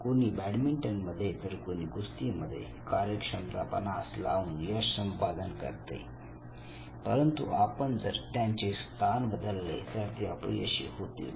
कुणी बॅडमिंटनमध्ये तर कुणी कुस्तीमध्ये कार्यक्षमता पणास लावून यश संपादन करते परंतु आपण जर त्यांचे स्थान बदलले तर ते अपयशी होतील